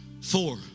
Four